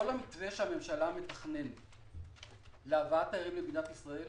כל המתווה שהממשלה מתכננת להבאת תיירים למדינת ישראל,